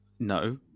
No